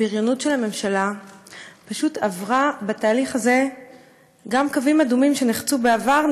הבריונות של הממשלה פשוט עברה בתהליך הזה גם קווים אדומים שנחצו בעבר,